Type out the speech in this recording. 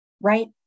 right